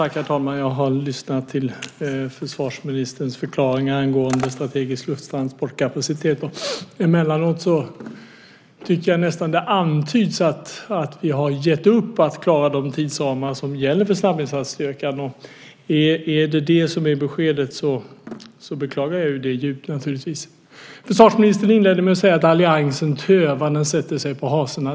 Herr talman! Jag har lyssnat till försvarsministerns förklaringar angående kapaciteten för strategiska lufttransporter. Emellanåt tycker jag nästan att det antyds att vi har gett upp att klara de tidsramar som gäller för snabbinsatsstyrkan. Naturligtvis beklagar jag det djupt om det är det som är beskedet. Försvarsministern inledde med att säga att alliansen tövar och sätter sig på hasorna.